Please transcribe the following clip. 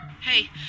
Hey